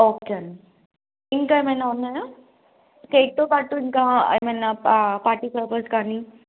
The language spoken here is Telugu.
ఓకే అండి ఇంకా ఏమైనా ఉన్నాయా కేక్తో పాటు ఇంకా ఏమన్నా పార్టీ పొప్పర్స్ కానీ